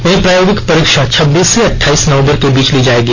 वहीं प्रायोगिक परीक्षा छब्बीस से अठाईस नवंबर के बीच ली जायेगी